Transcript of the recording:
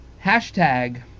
Hashtag